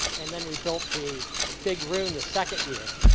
and then we built the big room the second year,